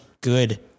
good